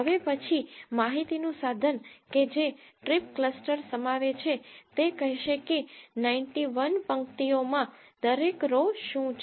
હવે પછી માહિતીનું સાધન કે જે ટ્રીપ ક્લસ્ટર સમાવે છે તે કહેશે કે 91 પંક્તિઓ માં દરેક રો શું છે